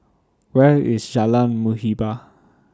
Where IS Jalan Muhibbah